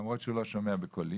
למרות שהוא לא שומע בקולי